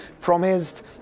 promised